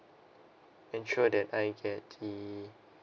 ensure that I get the